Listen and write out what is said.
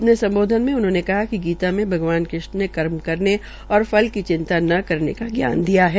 अपने सम्बोधन में उन्होंने कहा कि गीता में भगवान कृष्ण ने कर्म करने और फल की चिंता न करने का जान दिया है